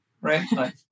right